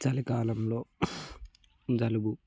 చలికాలంలో జలుబు